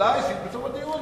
הודעה אישית, בסוף הדיון.